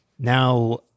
Now